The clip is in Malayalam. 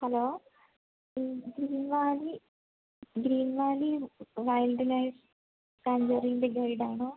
ഹലോ ഈ Green Valley Green Valley wildlife സാങ്ച്വറീന്റെ ഗൈഡാണോ